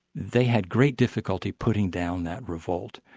they had great difficulty putting down that revolt.